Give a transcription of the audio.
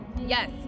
Yes